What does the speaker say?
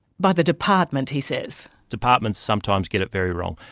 by the department, he says. departments sometimes get it very wrong.